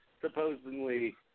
supposedly